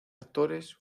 actores